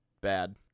bad